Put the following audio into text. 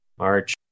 March